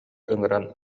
ыҥыран